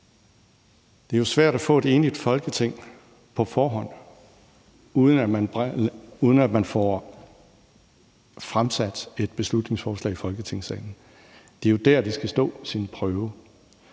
Det er jo svært at få et enigt Folketing på forhånd, uden at man får fremsat et beslutningsforslag i Folketingssalen. Det er jo der, det skal stå sin prøve.